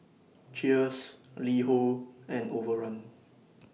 Cheers LiHo and Overrun